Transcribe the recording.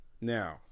Now